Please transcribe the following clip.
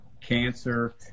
cancer